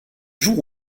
jour